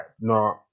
No